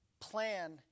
plan